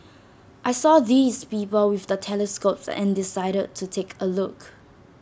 I saw these people with the telescopes and decided to take A look